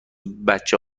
بچه